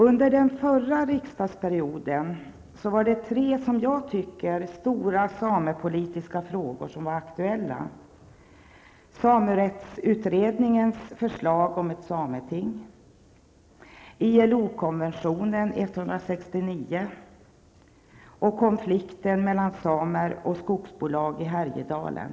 Under förra riksdagsperioden var tre som jag tycker stora samepolitiska frågor aktuella: ILO-konventionen 169 och konflikten mellan samer och skogsbolag i Härjedalen.